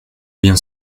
bien